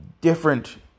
different